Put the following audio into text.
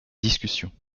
discussion